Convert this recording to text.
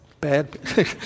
bad